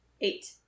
Eight